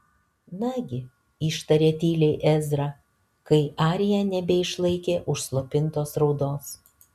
nagi ištarė tyliai ezra kai arija nebeišlaikė užslopintos raudos